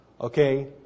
Okay